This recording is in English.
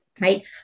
right